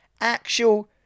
actual